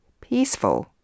peaceful